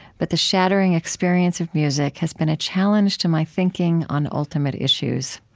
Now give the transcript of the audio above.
but the shattering experience of music has been a challenge to my thinking on ultimate issues.